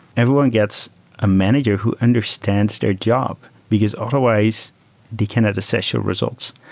everyone gets a manager who understands their job, because otherwise they cannot assess your results.